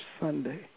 Sunday